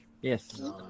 Yes